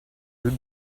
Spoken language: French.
deux